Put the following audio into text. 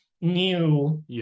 new